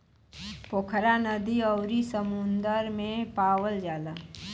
पोखरा नदी अउरी समुंदर में पावल जाला